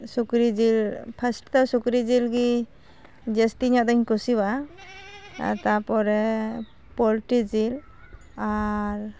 ᱥᱩᱠᱨᱤᱡᱤᱞ ᱯᱷᱟᱥᱴᱫᱚ ᱥᱩᱠᱨᱤ ᱡᱤᱞᱜᱮ ᱡᱟᱹᱥᱛᱤᱧᱚᱜᱫᱚᱧ ᱩᱥᱤᱣᱟᱜᱼᱟ ᱟᱨ ᱛᱟᱯᱚᱨᱮ ᱯᱳᱞᱴᱤ ᱡᱤᱞ ᱟᱨ